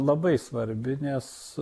labai svarbi nes